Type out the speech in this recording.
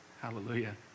hallelujah